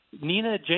Nina